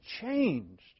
changed